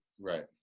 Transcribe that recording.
right